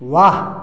वाह